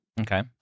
okay